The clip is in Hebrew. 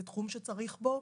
זה תחום שצריך בו,